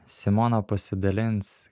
simona pasidalins